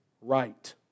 right